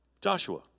Joshua